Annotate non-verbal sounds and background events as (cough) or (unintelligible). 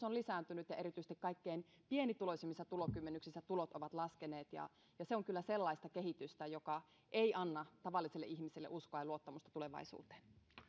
(unintelligible) on lisääntynyt ja erityisesti kaikkein pienituloisimmassa tulokymmenyksessä tulot ovat laskeneet se on kyllä sellaista kehitystä joka ei anna tavalliselle ihmiselle uskoa ja luottamusta tulevaisuuteen